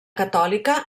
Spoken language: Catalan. catòlica